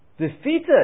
Defeated